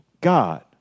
God